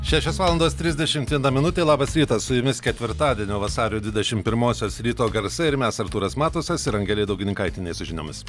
šešios valandos trisdešimt viena minutė labas rytas su jumis ketvirtadienio vasario dvidešim pirmosios ryto garsai ir mes artūras matusas ir angelė daugininkaitienė su žiniomis